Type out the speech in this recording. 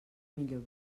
millor